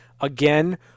again